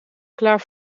klaar